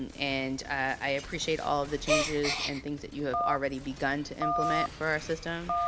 and and i appreciate all of the changes and things that you have already begun to implement for our system.